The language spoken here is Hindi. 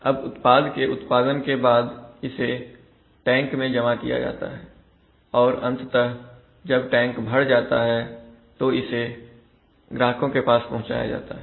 अब उत्पाद के उत्पादन के बाद इसे टैंक में जमा किया जाता है और अंततः जब टैंक भर जाता है तो इसे ग्राहकों के पास पहुंचाया जाता है